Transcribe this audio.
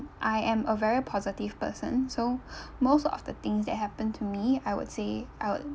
I am a very positive person so most of the things that happen to me I would say I would